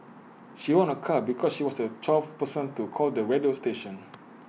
she won A car because she was A twelfth person to call the radio station